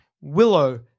Willow